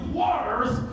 waters